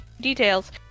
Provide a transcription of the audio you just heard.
details